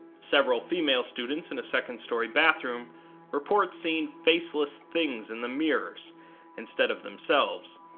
several female students in a second story bathroom report seeing faceless things in the mirrors instead of themselves,